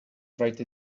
write